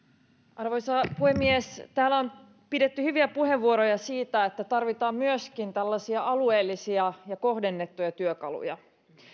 arvoisa puhemies täällä on pidetty hyviä puheenvuoroja siitä että tarvitaan myöskin tällaisia alueellisia ja kohdennettuja työkaluja